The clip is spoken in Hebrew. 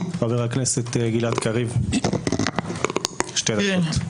חבר הכנסת גלעד קריב, 2 דקות.